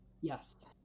yes